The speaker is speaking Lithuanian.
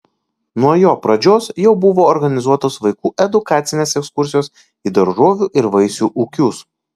nuo jo pradžios jau buvo organizuotos vaikų edukacinės ekskursijos į daržovių ir vaisių ūkius